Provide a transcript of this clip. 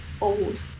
old